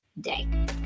day